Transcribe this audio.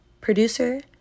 producer